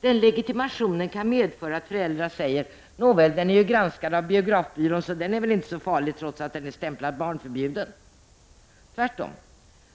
Den legitimationen kan medföra att föräldrar säger: ”Nåväl, den är granskad av biografbyrån så den är väl inte så farlig, trots att den är stämplad barnförbjuden.” Tvärtom,